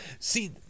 See